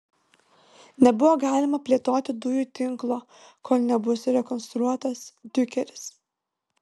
nebuvo galima plėtoti dujų tinklo kol nebus rekonstruotas diukeris